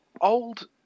old